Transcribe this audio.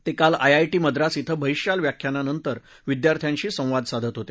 ते काल आयआयटी मद्रास ध्व बहिःशाल व्याख्यानानंतर विद्यार्थ्यांशी संवाद साधत होते